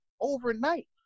overnight